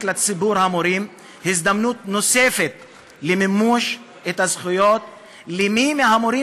לציבור המורים הזדמנות נוספת לממש את הזכויות למי מהמורים